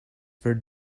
for